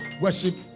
worship